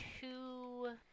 two